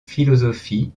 philosophie